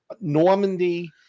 Normandy